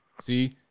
See